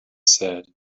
said